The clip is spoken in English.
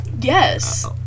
Yes